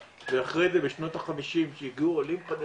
ואחרי זה, בשנות החמישים, כשהגיעו עולים חדשים,